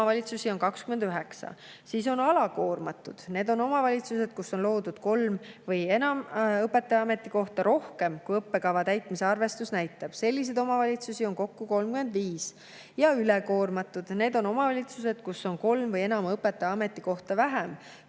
omavalitsusi on 29. Siis on alakoormatud, need on omavalitsused, kus on loodud kolm või enam õpetaja ametikohta rohkem, kui õppekava täitmise arvestus näitab, selliseid omavalitsusi on kokku 35. Ja ülekoormatud, need on omavalitsused, kus on kolm või enam õpetaja ametikohta vähem,